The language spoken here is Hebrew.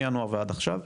מינואר ועד עכשיו,